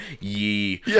Ye